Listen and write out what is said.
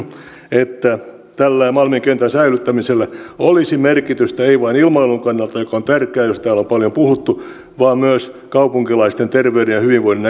että tällä malmin kentän säilyttämisellä olisi merkitystä ei vain ilmailun kannalta joka on tärkeää ja josta täällä on paljon puhuttu vaan myös kaupunkilaisten terveyden ja hyvinvoinnin